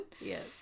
Yes